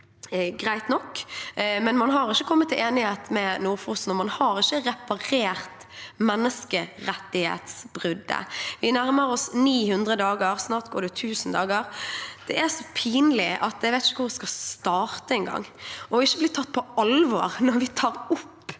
men man har ikke kommet til en enighet med Nord-Fosen, og man har ikke reparert menneskerettighetsbruddet. Vi nærmer oss 900 dager – snart er det 1 000 dager. Det er så pinlig at jeg vet ikke engang hvor jeg skal starte. Å ikke bli tatt på alvor når vi tar opp